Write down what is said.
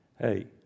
hey